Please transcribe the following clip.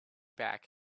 back